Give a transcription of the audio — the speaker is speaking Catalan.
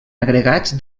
agregats